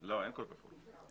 אין קול כפול.